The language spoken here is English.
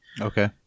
Okay